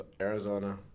Arizona